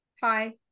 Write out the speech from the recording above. Hi